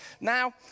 Now